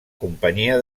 companyia